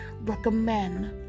recommend